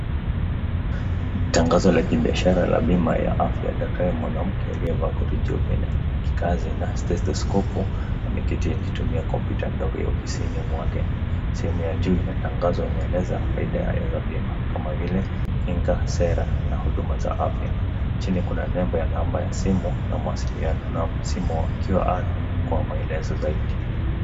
Tangazo la kibiashara la bima ya afya. Daktari mwanamke aliyevaa koti jeupe la kikazi na stethoskopu ameketi akitumia kompyuta ndogo ya afisini mwake. Sehemu ya juu ina tangazo inaeleza faida ya hizo bima kama vile kinga, sera na huduma za afya. Chini kuna nembo ya namba ya simu na mawasiliano, nayo simu ikiwa kwa maelezo zaidi.